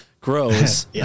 grows